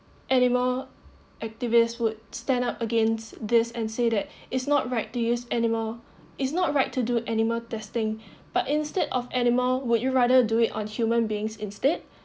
animal activists would stand up against this and said that it's not right to use animal it's not right to do animal testing but instead of animal would you rather do it on human beings instead